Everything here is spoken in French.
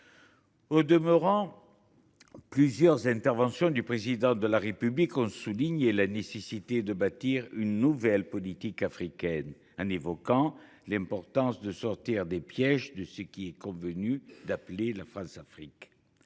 Au demeurant, plusieurs interventions du Président de la République ont souligné la nécessité de bâtir une nouvelle politique africaine, en évoquant l’importance de sortir des pièges de ce qu’il est convenu d’appeler la Françafrique.